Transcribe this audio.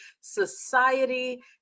Society